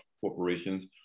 corporations